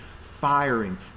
firing